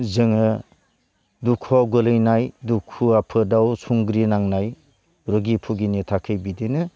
जोङो दुखुआव गोलैनाय दुखु आफोदाव संग्रि नांनाय रुगि बुगिनि थाखाय बिदिनो